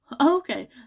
okay